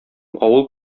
авыл